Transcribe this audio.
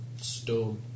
stone